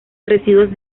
residuos